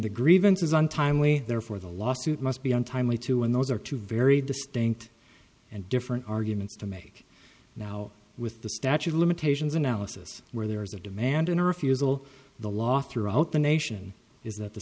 the grievances untimely therefore the lawsuit must be untimely too and those are two very distinct and different arguments to make now with the statute of limitations analysis where there is a demand and a refusal the law throughout the nation is that the